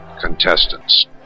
contestants